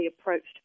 approached